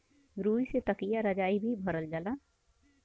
रुई से तकिया रजाई भी भरल जाला